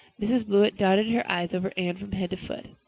mrs. blewett darted her eyes over anne from head to foot.